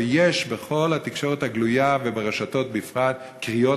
ויש בכל התקשורת הגלויה וברשתות בפרט קריאות